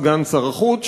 סגן שר החוץ,